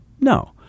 No